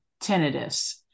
tinnitus